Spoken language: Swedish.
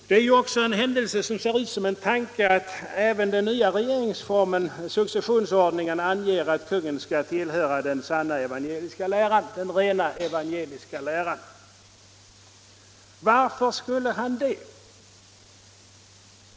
Det är ju också en händelse som ser ut som en tanke att även den nya successionsordningen anger att konungen skall tillhöra den sanna evangeliska läran. Varför skulle han det?